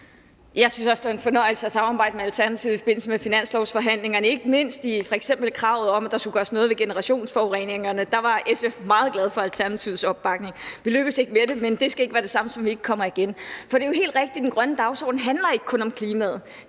Jeg synes også, det var en fornøjelse at samarbejde med Alternativet i forbindelse med finanslovsforhandlingerne. Ikke mindst i f.eks. kravet om, at der skulle gøres noget ved generationsforureningerne, var SF meget glad for Alternativets opbakning. Vi lykkedes ikke med det, men det skal ikke være det samme, som at vi ikke kommer igen. For det er jo helt rigtigt, at den grønne dagsorden ikke kun handler om klimaet.